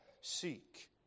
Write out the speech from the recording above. seek